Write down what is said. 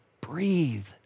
breathe